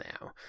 now